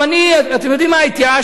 אני, אתם יודעים מה, התייאשתי.